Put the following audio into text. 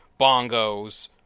bongos